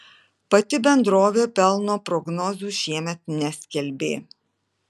pati bendrovė pelno prognozių šiemet neskelbė